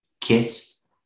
kids